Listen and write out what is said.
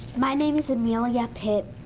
my name is emmelia pitt,